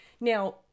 Now